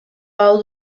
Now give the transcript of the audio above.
hau